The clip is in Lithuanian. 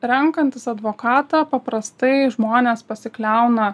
renkantis advokatą paprastai žmonės pasikliauna